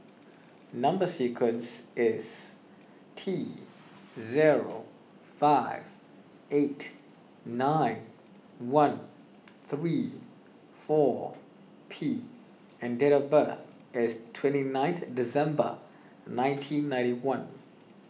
Number Sequence is T zero five eight nine one three four P and date of birth is twenty ninth December nineteen ninety one